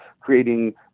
creating